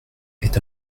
est